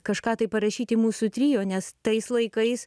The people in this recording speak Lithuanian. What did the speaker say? kažką tai parašyti mūsų trio nes tais laikais